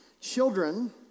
Children